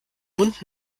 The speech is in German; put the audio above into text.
mund